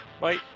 Bye